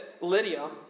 Lydia